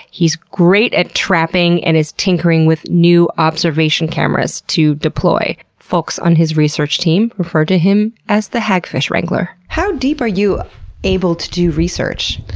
he's great at trapping and is tinkering tinkering with new observation cameras to deploy. folks on his research team refer to him as the hagfish wrangler. how deep are you able to do research?